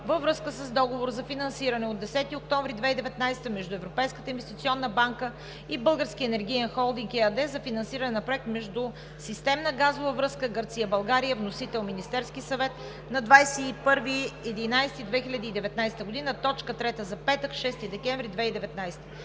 във връзка с Договор за финансиране от 10 октомври 2019 г. между Европейската инвестиционна банка и „Български енергиен холдинг“ ЕАД за финансиране на проект „Междусистемна газова връзка Гърция – България“. Вносител е Министерският съвет на 21 ноември 2019 г. – точка трета за петък, 6 декември 2019 г.